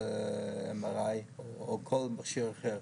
בכל המכשירים,